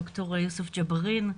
ד"ר יוסף ג'בארין.